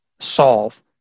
solve